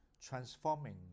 transforming